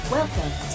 Welcome